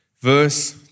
verse